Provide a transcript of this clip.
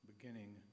beginning